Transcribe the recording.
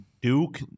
Duke